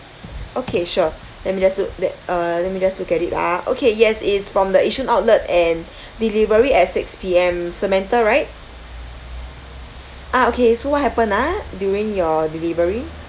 okay sure let me just note that uh let me just look at it ah okay yes it's from the yishun outlet and delivery at six P_M samantha right ah okay so what happened ah during your delivery